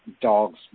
Dogs